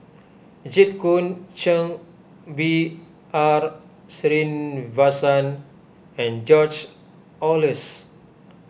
Jit Koon Ch'ng B R Sreenivasan and George Oehlers